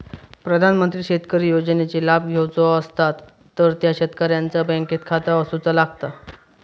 प्रधानमंत्री शेतकरी योजनेचे लाभ घेवचो असतात तर त्या शेतकऱ्याचा बँकेत खाता असूचा लागता